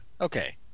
Okay